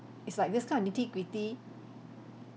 it's like this kind of nitty gritty